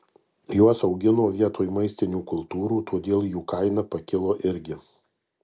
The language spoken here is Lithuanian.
juos augino vietoj maistinių kultūrų todėl jų kaina pakilo irgi